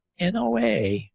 NOA